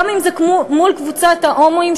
גם אם זה מול קבוצת ההומואים,